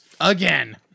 again